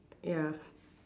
ya